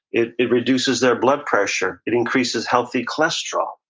it it reduces their blood pressure. it increases healthy cholesterol,